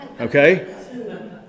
Okay